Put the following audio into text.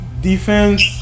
defense